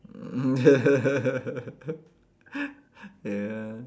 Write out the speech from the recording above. ya